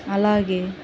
అలాగే